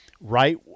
right